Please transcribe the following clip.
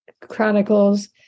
Chronicles